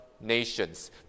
nations